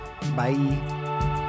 Bye